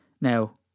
Now